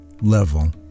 level